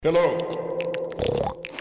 Hello